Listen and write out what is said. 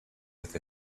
with